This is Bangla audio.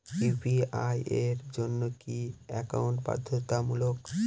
ইউ.পি.আই এর জন্য কি একাউন্ট বাধ্যতামূলক?